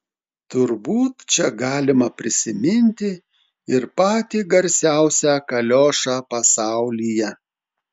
turbūt čia galima prisiminti ir patį garsiausią kaliošą pasaulyje